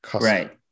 Right